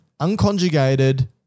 unconjugated